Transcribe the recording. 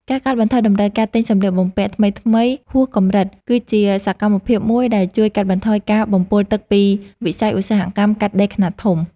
ការកាត់បន្ថយតម្រូវការទិញសម្លៀកបំពាក់ថ្មីៗហួសកម្រិត គឺជាសកម្មភាពមួយដែលជួយកាត់បន្ថយការបំពុលទឹកពីវិស័យឧស្សាហកម្មកាត់ដេរខ្នាតធំ។